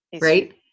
Right